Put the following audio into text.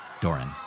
Doran